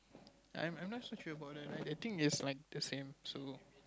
I I'm not so sure about that I think it's like the same so